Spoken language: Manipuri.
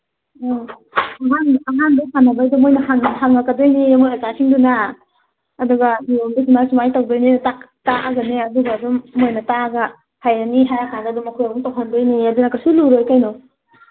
ꯑ ꯑꯍꯥꯟꯕ ꯁꯥꯟꯅꯕꯒꯤꯗ ꯃꯈꯣꯏꯅ ꯍꯪꯂꯛꯀꯗꯣꯏꯅꯤ ꯃꯈꯣꯏ ꯑꯣꯖꯥꯁꯤꯡꯗꯨꯅ ꯑꯗꯨꯒ ꯅꯤꯌꯣꯝꯗꯣ ꯁꯨꯃꯥꯏ ꯁꯨꯃꯥꯏꯅ ꯇꯧꯗꯣꯏꯅꯦꯅ ꯇꯥꯛꯑꯒꯅꯦ ꯑꯗꯨꯒ ꯑꯗꯨꯝ ꯃꯈꯣꯏꯅ ꯇꯥꯛꯑꯒ ꯍꯩꯔꯅꯤ ꯍꯥꯏꯔꯀꯥꯟꯗ ꯑꯗꯨꯝ ꯑꯩꯈꯣꯏ ꯑꯃꯨꯛ ꯇꯧꯍꯟꯗꯣꯏꯅꯤꯌꯦ ꯑꯗꯨꯅ ꯀꯩꯁꯨ ꯂꯨꯔꯣꯏ ꯀꯩꯅꯣ